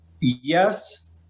yes